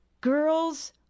Girls